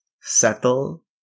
settle